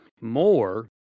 more